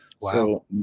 Wow